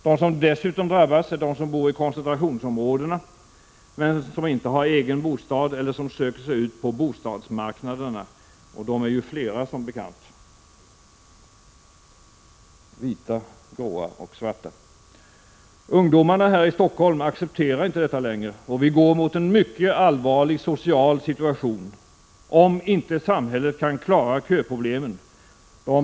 De som dessutom drabbas är de som bor i koncentrationsområdena men som inte har egen bostad eller som söker sig ut på bostadsmarknaderna — och de är ju som bekant många, vita, gråa och svarta. Ungdomarna här i Stockholm accepterar inte detta längre, och vi går mot en mycket allvarlig social situation om inte samhället kan klara köproblemen.